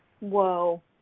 Whoa